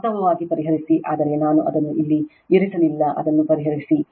ವಾಸ್ತವವಾಗಿ ಪರಿಹರಿಸಿ ಆದರೆ ನಾನು ಅದನ್ನು ಇಲ್ಲಿ ಇರಿಸಲಿಲ್ಲ ಅದನ್ನು ಪರಿಹರಿಸಿ